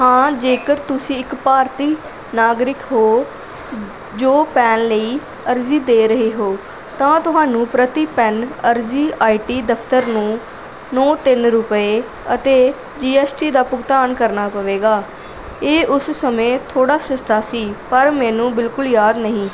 ਹਾਂ ਜੇਕਰ ਤੁਸੀਂ ਇੱਕ ਭਾਰਤੀ ਨਾਗਰਿਕ ਹੋ ਜੋ ਪੈਨ ਲਈ ਅਰਜ਼ੀ ਦੇ ਰਹੇ ਹੋ ਤਾਂ ਤੁਹਾਨੂੰ ਪ੍ਰਤੀ ਪੈਨ ਅਰਜ਼ੀ ਆਈਟੀ ਦਫ਼ਤਰ ਨੂੰ ਨੌਂ ਤਿੰਨ ਰੁਪਏ ਅਤੇ ਜੀ ਐਸ ਟੀ ਦਾ ਭੁਗਤਾਨ ਕਰਨਾ ਪਵੇਗਾ ਇਹ ਉਸ ਸਮੇਂ ਥੋੜ੍ਹਾ ਸਸਤਾ ਸੀ ਪਰ ਮੈਨੂੰ ਬਿਲਕੁਲ ਯਾਦ ਨਹੀਂ